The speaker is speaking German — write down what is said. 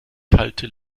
kalte